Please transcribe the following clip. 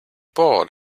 bored